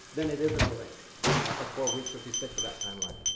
then it is a delay of four weeks if we stick to that timeline.